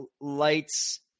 Lights